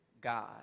God